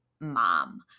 mom